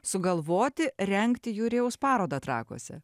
sugalvoti rengti jurijaus parodą trakuose